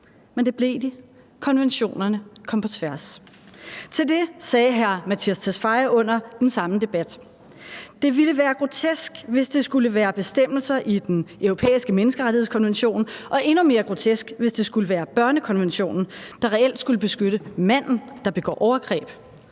Men det blev de – konventionerne kom på tværs. Til det sagde hr. Mattias Tesfaye under den samme debat: »Det ville være grotesk, hvis det skulle være bestemmelser i den europæiske menneskerettighedskonvention, og endnu mere grotesk, hvis det skulle være Børnekonventionen, der reelt skulle beskytte manden, der begår overgreb,